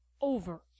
over